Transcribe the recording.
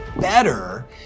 better